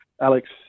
Alex